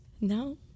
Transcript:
No